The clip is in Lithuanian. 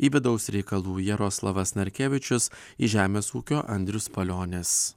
į vidaus reikalų jaroslavas narkevičius į žemės ūkio andrius palionis